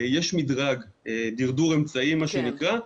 יש מידרג, דירדור אמצעים מה שנקרא.